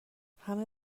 همه